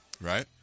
right